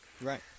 Right